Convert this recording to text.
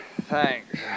thanks